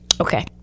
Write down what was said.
okay